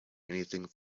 anything